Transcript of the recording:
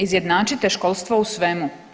Izjednačite školstvo u svemu.